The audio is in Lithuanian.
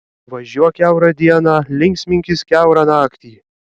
važiuok kiaurą dieną linksminkis kiaurą naktį